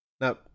Now